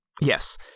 Yes